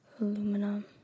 Aluminum